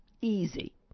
easy